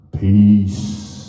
peace